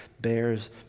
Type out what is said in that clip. bears